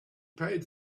paid